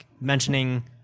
mentioning